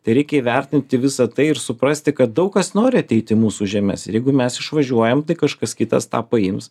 tai reikia įvertinti visą tai ir suprasti kad daug kas nori ateiti į mūsų žemes ir jeigu mes išvažiuojam tai kažkas kitas tą paims